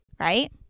right